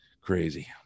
crazy